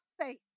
faith